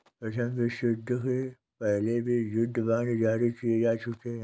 प्रथम विश्वयुद्ध के पहले भी युद्ध बांड जारी किए जा चुके हैं